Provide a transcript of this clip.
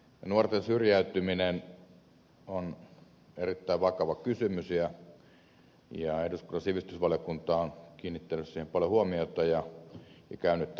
nuorten syrjäytyminen on erittäin vakava kysymys ja eduskunnan sivistysvaliokunta on kiinnittänyt siihen paljon huomiota ja käynyt tätä asiaa läpi